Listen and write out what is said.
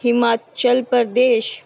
Himachal Pradesh